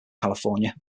california